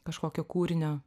kažkokio kūrinio